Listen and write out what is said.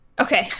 Okay